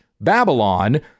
Babylon